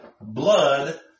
Blood